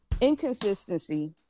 inconsistency